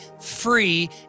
free